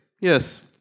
yes